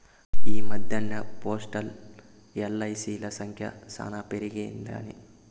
ఈ మద్దెన్న పోస్టల్, ఎల్.ఐ.సి.ల సంఖ్య శానా పెరిగినాదిలే